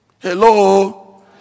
Hello